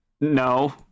No